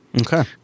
Okay